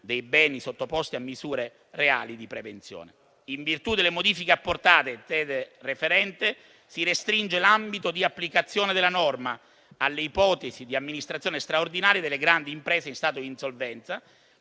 dei beni sottoposti a misure reali di prevenzione. In virtù delle modifiche apportate in sede referente, si restringe l'ambito di applicazione della norma alle ipotesi di amministrazione straordinaria delle grandi imprese in stato di insolvenza